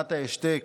שטענת ההשתק